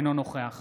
אינו נוכח